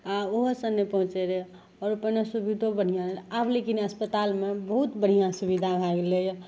आओर ओहोसब नहि पहुँचै रहै आओर अपन सुविधो बढ़िआँ आब लेकिन अस्पतालमे बहुत बढ़िआँ सुविधा भै गेलैए